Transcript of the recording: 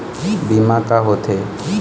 बीमा का होते?